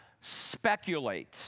speculate